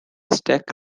stack